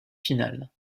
finales